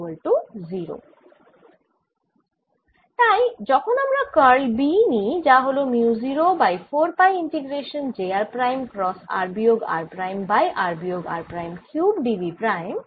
তাই যখন আমরা কার্ল B নিই যা হল mu 0 by 4 pi integration j r prime cross r বিয়োগ r প্রাইম বাই r বিয়োগ r prime cube d v prime